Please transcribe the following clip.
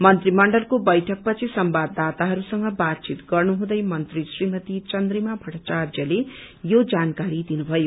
मन्त्रीमण्डलको बैठक पछि संवाददाताहरूसँग बातचित गर्नुहुँदै मन्त्री श्रीमती चन्द्रिमा पट्टाचार्यले यो जानकारी दिनुषयो